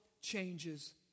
changes